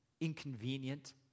inconvenient